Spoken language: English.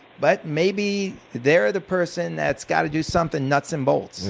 but maybe they're the person that's got to do something nuts and bolts.